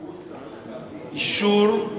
הוא צריך להביא אישור,